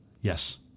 Yes